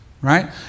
right